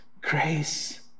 grace